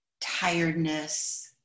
tiredness